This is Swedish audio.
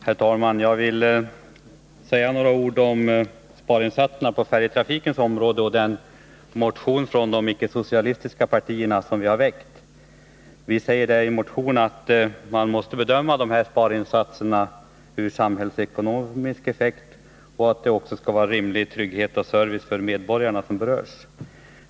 Herr talman! Jag vill säga några ord om sparinsatsen på färjetrafikens område och den motion från de icke-socialistiska partierna som vi har väckt. Vi säger i motionen att man måste bedöma de här sparinsatserna med hänsyn till den samhällsekonomiska effekten och att det också skall vara rimlig trygghet och service för medborgarna som berörs.